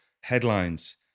headlines